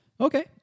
Okay